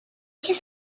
his